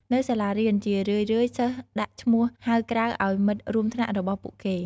នៅសាលារៀន ជារឿយៗសិស្សដាក់ឈ្មោះហៅក្រៅឲ្យមិត្តរួមថ្នាក់របស់ពួកគេ។